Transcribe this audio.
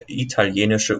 italienische